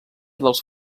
dels